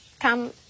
come